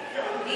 אני.